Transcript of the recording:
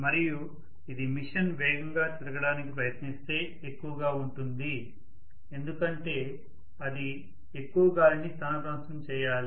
మరియు ఇది మిషన్ వేగంగా తిరగడానికి ప్రయత్నిస్తే ఎక్కువగా ఉంటుంది ఎందుకంటే అది ఎక్కువ గాలిని స్థానభ్రంశం చేయాలి